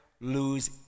lose